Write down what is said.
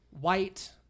white